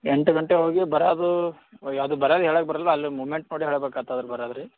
ಎಂಟು ಗಂಟೆಗ್ ಹೋಗಿ ಬರೋದು ಯಾವುದು ಬರೋದ್ ಹೇಳಕ್ಕೆ ಬರೋಲ್ಲ ಅಲ್ಲಿ ಮೂಮೆಂಟ್ ನೋಡಿ ಹೇಳ್ಬೇಕಾಗ್ತದ್ ಬರೋದ್ ರೀ